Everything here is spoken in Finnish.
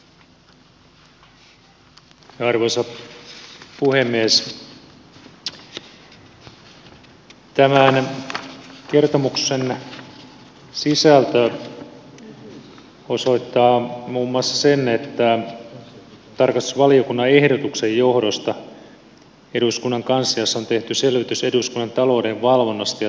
tämän kertomuksen sisältö osoittaa muun muassa sen että tarkastusvaliokunnan ehdotuksen johdosta eduskunnan kansliassa on tehty selvitys eduskunnan talouden valvonnasta ja tilintarkastuksesta